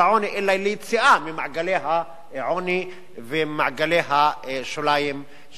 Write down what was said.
אלא ליציאה ממעגלי העוני ומעגלי השוליים של החברה.